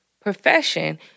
profession